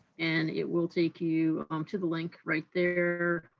and it will take you um to the link right there.